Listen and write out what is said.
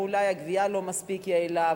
אולי הגבייה לא מספיק יעילה,